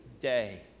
day